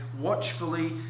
watchfully